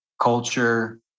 culture